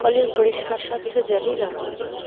কলের পরিষ্কার স্বচ্ছ জলই ব্যবহার করি